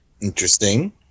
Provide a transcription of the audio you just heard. Interesting